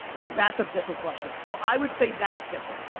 that's a different question, so i would say that's different.